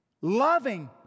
loving